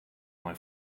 mal